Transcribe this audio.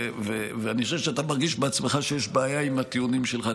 ואני חושב שאתה מרגיש בעצמך שיש בעיה עם הטיעונים שלך.